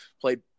played